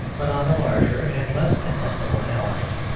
but on the larger and less contemptible allies.